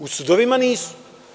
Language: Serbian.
U sudovima nisu.